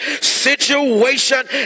situation